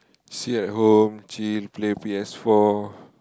sit at home chill play P_S-four